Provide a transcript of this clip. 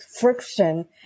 friction